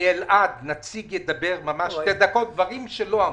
מאלעד נציג ידבר דברים שלא אמרו.